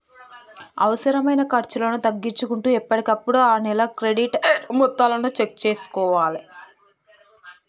అనవసరమైన ఖర్చులను తగ్గించుకుంటూ ఎప్పటికప్పుడు ఆ నెల క్రెడిట్ అయిన మొత్తాలను చెక్ చేసుకోవాలే